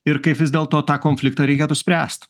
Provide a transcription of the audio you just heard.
ir kaip vis dėlto tą konfliktą reikėtų spręst